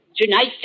Tonight